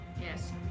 Yes